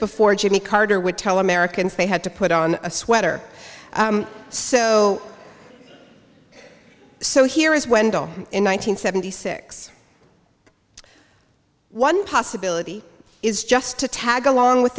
before jimmy carter would tell americans they had to put on a sweater so so here is wendell in one nine hundred seventy six one possibility is just to tag along with